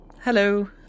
hello